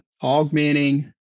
augmenting